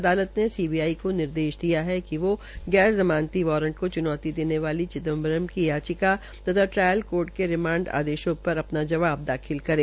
अदालत ने सीबीआई को निर्देश दिया कि वो गैर जमानती वारंट को च्नौती देने वाली चिंदबरम की याचिका तथा ट्रायल कोर्ट के रिमांड आर्डरस पर अपना जवाब दाखिल करे